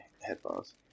headphones